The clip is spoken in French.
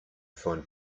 faune